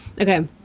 Okay